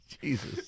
Jesus